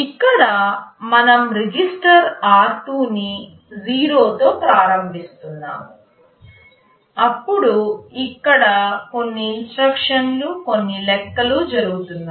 ఇక్కడ మనము register r2 ని 0 తో ప్రారంభిస్తున్నాము అప్పుడు ఇక్కడ కొన్ని ఇన్స్ట్రక్షన్లు కొన్ని లెక్కలు జరుగుతున్నాయి